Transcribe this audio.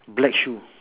black shoe